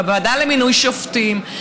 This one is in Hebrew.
בוועדה למינוי שופטים,